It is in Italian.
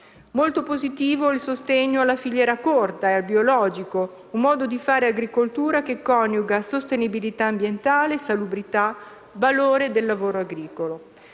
Molto positivo è il sostegno alla filiera corta e al biologico, un modo di fare agricoltura che coniuga sostenibilità ambientale, salubrità, valore del lavoro agricolo.